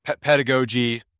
pedagogy